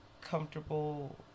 comfortable